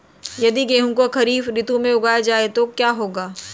यदि गेहूँ को खरीफ ऋतु में उगाया जाए तो क्या होगा?